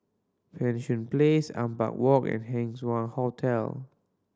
Place Ampang Walk and Wah Hotel